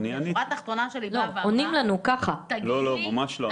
לא, ממש לא.